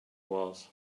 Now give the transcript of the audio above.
was